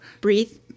Breathe